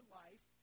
life